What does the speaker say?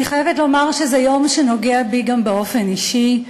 אני חייבת לומר שזה יום שנוגע בי גם באופן אישי.